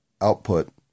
output